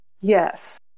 Yes